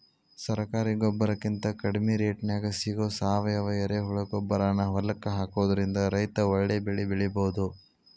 ಸರಕಾರಿ ಗೊಬ್ಬರಕಿಂತ ಕಡಿಮಿ ರೇಟ್ನ್ಯಾಗ್ ಸಿಗೋ ಸಾವಯುವ ಎರೆಹುಳಗೊಬ್ಬರಾನ ಹೊಲಕ್ಕ ಹಾಕೋದ್ರಿಂದ ರೈತ ಒಳ್ಳೆ ಬೆಳಿ ಬೆಳಿಬೊದು